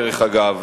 דרך אגב,